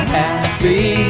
happy